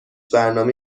برنامه